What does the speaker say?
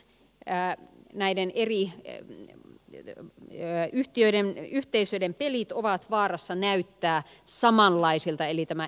eräät näiden eri hevin tiede ja yhtiöiden yhteisyyden pelit ovat vaarassa näyttää samanlaisilta eli tämä